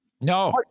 no